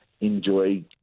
enjoy